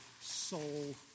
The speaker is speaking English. soul